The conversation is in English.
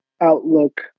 outlook